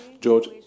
George